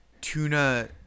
tuna